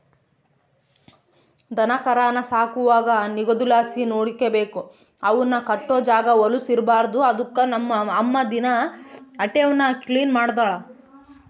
ದನಕರಾನ ಸಾಕುವಾಗ ನಿಗುದಲಾಸಿ ನೋಡಿಕಬೇಕು, ಅವುನ್ ಕಟ್ಟೋ ಜಾಗ ವಲುಸ್ ಇರ್ಬಾರ್ದು ಅದುಕ್ಕ ನಮ್ ಅಮ್ಮ ದಿನಾ ಅಟೇವ್ನ ಕ್ಲೀನ್ ಮಾಡ್ತಳ